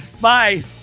bye